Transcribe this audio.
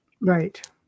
right